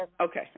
Okay